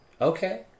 Okay